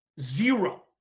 zero